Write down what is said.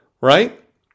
Right